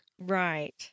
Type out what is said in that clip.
Right